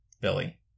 Billy